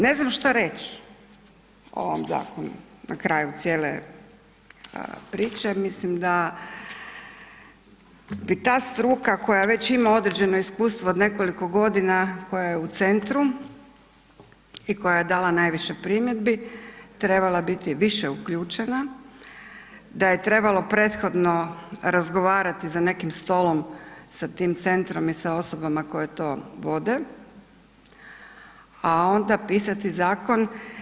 Ne znam šta reći o ovom zakonu na kraju cijele priče jer mislim da bi ta struka koja već ima određeno iskustvo od nekoliko godina, koja je u centru i koja je dala najviše primjedbi trebala biti više uključena, da je trebalo prethodno razgovarati za nekim stolom sa tim centrom i sa tim osobama koje to vode, a onda pisati zakon.